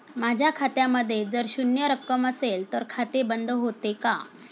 माझ्या खात्यामध्ये जर शून्य रक्कम असेल तर खाते बंद होते का?